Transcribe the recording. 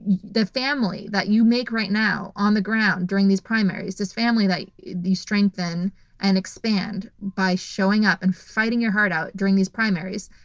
the family that you make right now on the ground during these primaries. this family that strengthen and expand by showing up and fighting your heart out during these primaries.